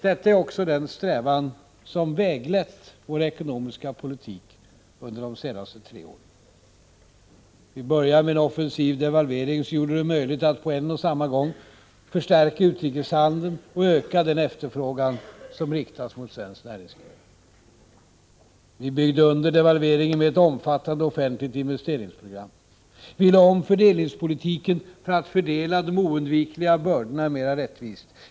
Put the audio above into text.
Detta är också en strävan som väglett vår ekonomiska politik under de senaste tre åren. Vi började med en offensiv devalvering, som gjorde det möjligt att på en och samma gång både förstärka utrikeshandeln och öka den efterfrågan som riktas mot svenskt näringsliv. Vi byggde under devalveringen med ett omfattande offentligt investeringsprogram. Vi lade om fördelningspolitiken för att fördela de oundvikliga bördorna mer rättvist.